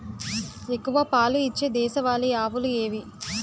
ఎక్కువ పాలు ఇచ్చే దేశవాళీ ఆవులు ఏవి?